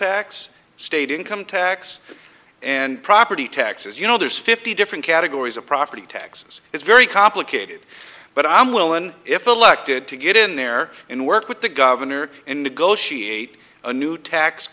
tax state income tax and property taxes you know there's fifty different categories of property taxes it's very complicated but i'm willin if elected to get in there and work with the governor and negotiate a new tax